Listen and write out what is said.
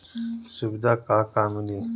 सुविधा का का मिली?